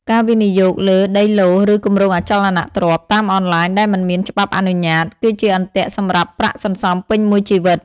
ការវិនិយោគលើ "ដីឡូត៍" ឬ "គម្រោងអចលនទ្រព្យ" តាមអនឡាញដែលមិនមានច្បាប់អនុញ្ញាត គឺជាអន្ទាក់សម្រាប់ប្រាក់សន្សំពេញមួយជីវិត។